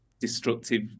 destructive